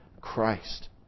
Christ